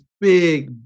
big